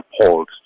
appalled